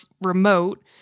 remote